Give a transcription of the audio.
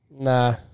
Nah